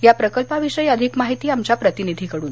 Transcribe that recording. या प्रकल्पाविषयी अधिक माहिती आमच्या प्रतिनिधीकडुन